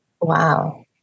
Wow